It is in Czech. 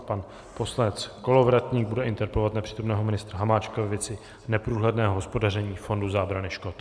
Pan poslanec Kolovratník bude interpelovat nepřítomného ministra Hamáčka ve věci neprůhledného hospodaření Fondu zábrany škod.